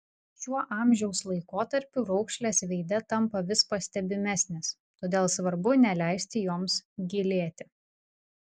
šiuo amžiaus laikotarpiu raukšlės veide tampa vis pastebimesnės todėl svarbu neleisti joms gilėti